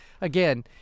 again